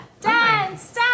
Dance